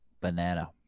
Banana